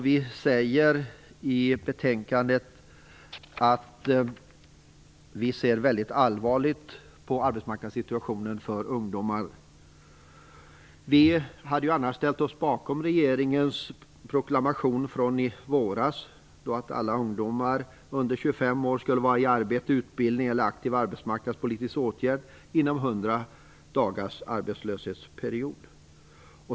Vi säger i betänkandet att vi ser väldigt allvarligt på arbetsmarknadssituationen för ungdomar. Vi hade annars ställt oss bakom regeringens proklamation från i våras att alla ungdomar under 25 år skulle vara i arbete, utbildning eller aktiv arbetsmarknadspolitisk åtgärd inom 100 dagars arbetslöshetsperiod.